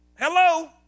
hello